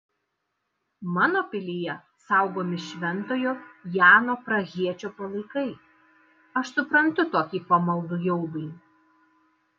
mano pilyje saugomi šventojo jano prahiečio palaikai aš suprantu tokį pamaldų jaudulį